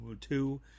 two